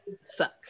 suck